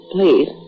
Please